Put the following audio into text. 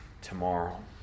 tomorrow